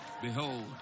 Behold